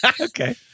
okay